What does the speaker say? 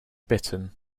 bitten